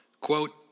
quote